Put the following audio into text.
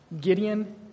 Gideon